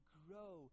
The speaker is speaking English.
grow